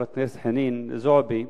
חברת הכנסת חנין זועבי,